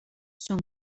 són